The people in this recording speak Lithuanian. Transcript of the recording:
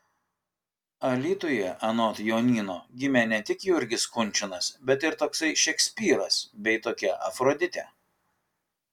alytuje anot jonyno gimė ne tik jurgis kunčinas bet ir toksai šekspyras bei tokia afroditė